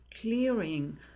clearing